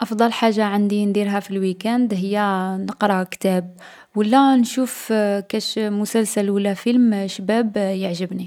أفضل حاجة عندي نديرها في الويكاند هي نقرا كتاب و لا نشوف كاش مسلسل و لا فيلم شباب يعجبني.